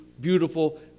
beautiful